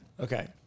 Okay